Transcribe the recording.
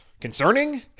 concerning